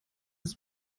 des